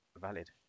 valid